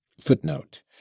Footnote